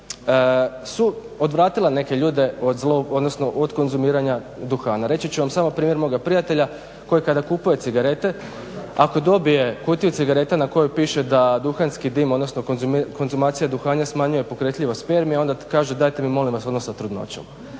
su odvratila neke ljude od, odnosno od konzumiranja duhana. Reći ću vam samo primjer moga prijatelja koji kada kupuje cigarete, ako dobije kutiju cigareta na kojoj piše da duhanski dim odnosno konzumacija duhana smanjuje pokretljivost spermija, onda kaže dajte mi molim vas ono sa trudnoćom.